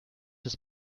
ist